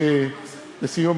לסיום,